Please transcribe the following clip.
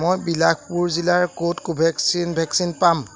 মই বিলাসপুৰ জিলাৰ ক'ত কোভেক্সিন ভেকচিন পাম